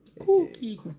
Cookie